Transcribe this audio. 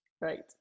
Right